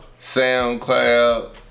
SoundCloud